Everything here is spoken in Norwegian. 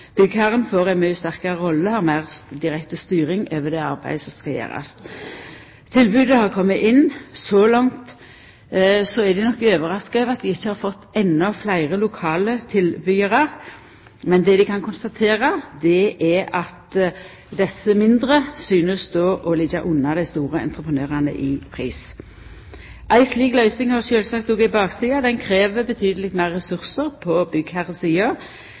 Byggherren får ei mykje sterkare rolle og har meir direkte styring over det arbeidet som skal gjerast. Tilboda har kome inn. Så langt er dei nok overraska over at dei ikkje har fått endå fleire lokale tilbydarar. Men det vi kan konstatere, er at desse mindre synest å liggja under dei store entreprenørane i pris. Ei slik løysing har sjølvsagt òg ei bakside. Ho krev betydelig meir ressursar på byggherresida, men i